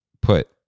put